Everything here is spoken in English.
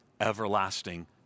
everlasting